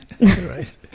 right